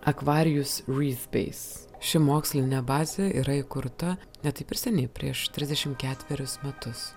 aquarius reef base ši mokslinė bazė yra įkurta ne taip ir seniai prieš trisdešimt ketverius metus